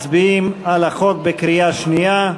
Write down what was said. מצביעים על החוק בקריאה שנייה,